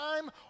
time